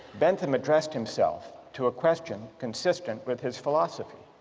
bentham addressed himself to a question consistent with his philosophy,